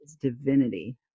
Divinity